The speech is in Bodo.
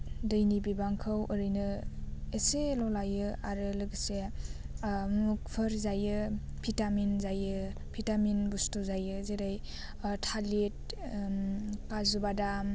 दैनि बिबांखौ ओरैनो एसेल' लायो आरो लोगोसे मुगफोर जायो भिटामिन जायो भिटामिन बुस्थु जायो जेरै थालिर काजु बादाम